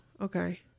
okay